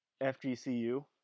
FGCU